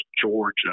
Georgia